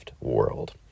world